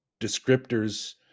descriptors